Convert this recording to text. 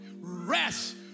rest